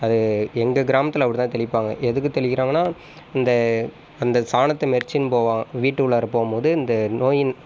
அது எங்கள் கிராமத்தில் அப்படித்தான் தெளிப்பாங்க எதுக்கு தெளிகிறாங்கன்னால் இந்த அந்த சாணத்தை மிதிச்சுன்ட்டு போக வீட்டு உள்ளார போகும் போது இந்த நோயின்